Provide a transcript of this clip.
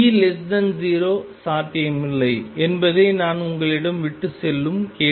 E0சாத்தியமில்லை என்பதே நான் உங்களிடம் விட்டுச் செல்லும் கேள்வி